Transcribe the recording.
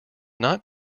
not